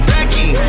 Becky